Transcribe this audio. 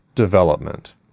development